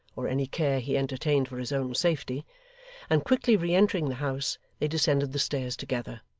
or any care he entertained for his own safety and quickly re-entering the house, they descended the stairs together.